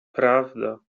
prawda